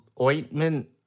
ointment